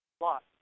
Lot